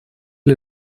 нас